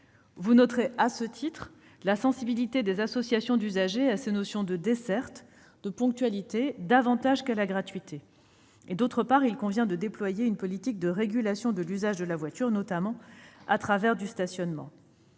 vous noterez la plus grande sensibilité des associations d'usagers aux notions de desserte ou de ponctualité qu'à celle de gratuité. Par ailleurs, il convient de déployer une politique de régulation de l'usage de la voiture, notamment au travers du stationnement.